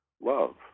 love